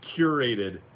curated